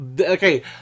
Okay